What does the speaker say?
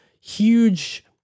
huge